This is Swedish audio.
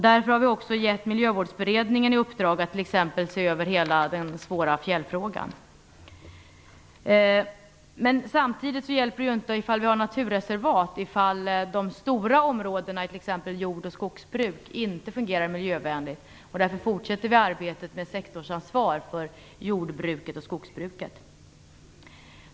Därför har vi också gett Miljövårdsberedningen i uppdrag att t.ex. se över hela den svåra fjällfrågan. Det hjälper inte om vi har naturreservat om de stora områdena i t.ex. jord och skogsbruket inte fungerar miljövänligt. Därför fortsätter vi arbetet med sektorsansvar för jord och skogsbruket.